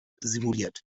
simuliert